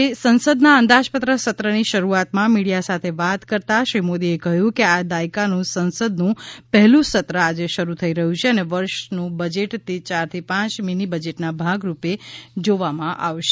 આજે સંસદના અંદાજપત્ર સત્રની શરૂઆતમાં મીડિયા સાથે વાત કરતાં શ્રી મોદીએ કહ્યું કે આ દાયકાનું સંસદનું પહેલું સત્ર આજે શરૂ થઈ રહ્યું છે અને આ વર્ષનું બજેટ તે ચારથી પાંચ મીની બજેટના ભાગ રૂપે જોવામાં આવશે